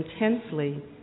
intensely